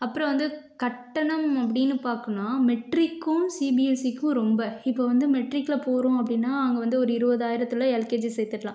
அப்புறம் வந்து கட்டணம் அப்படின்னு பார்க்கணுன்னா மெட்ரிக்கும் சிபிஎஸ்சிக்கும் ரொம்ப இப்போ வந்து மெட்ரிக்ல போகிறோம் அப்படின்னா அங்கே வந்து ஒரு இருபதாயிரத்துல எல்கேஜி சேர்த்துட்லாம்